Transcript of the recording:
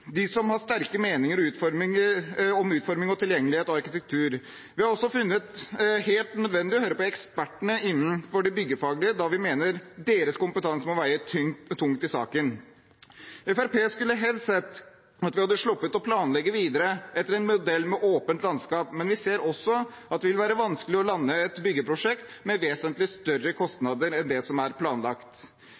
som har sterke meninger om utforming, tilgjengelighet og arkitektur. Vi har også funnet det helt nødvendig å høre på ekspertene innenfor det byggefaglige, da vi mener deres kompetanse må veie tungt i saken. Fremskrittspartiet skulle helst ha sett at vi hadde sluppet å planlegge videre etter en modell med åpent landskap, men vi ser også at det vil være vanskelig å lande et byggeprosjekt med vesentlig større kostnader enn det som er planlagt.